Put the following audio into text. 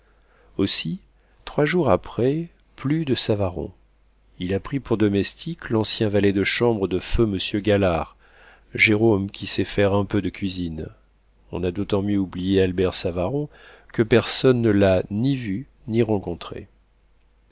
aussi trois jours après plus de savaron il a pris pour domestique l'ancien valet de chambre de feu monsieur galard jérôme qui sait faire un peu de cuisine on a d'autant mieux oublié albert savaron que personne ne l'a ni vu ni rencontré